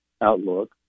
outlook